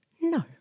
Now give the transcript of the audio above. no